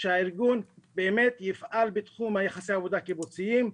שהארגון באמת יפעל בתחום יחסי עבודה קיבוציים,